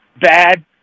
bad